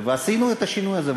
ועשינו את השינוי הזה.